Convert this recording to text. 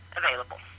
available